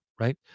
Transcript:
right